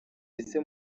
ese